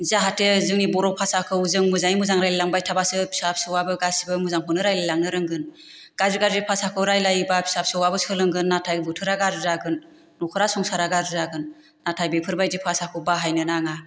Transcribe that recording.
जाहाथे जोंनि बर' भाषाखौ जों मोजाङै मोजां रायलायलांबाय थाबासो फिसा फिसौवाबो गासिबो मोजांखौनो रायलायलांनो रोंगोन गाज्रि गाज्रि भाषाखौ रायलायोबा फिसा फिसौवाबो सोलोंगोन नाथाय बोथोरा गाज्रि जागोन नखरा संसारा गाज्रि जागोन नाथाय बेफोरबायदि भाषाखौ बाहायनो नाङा